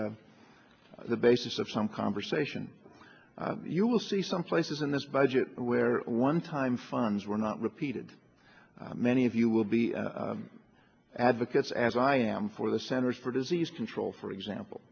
f the basis of some conversation you'll see some places in this budget where one time funds were not repeated many of you will be advocates as i am for the centers for disease control for example